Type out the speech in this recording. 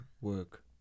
work